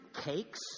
cakes